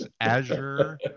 Azure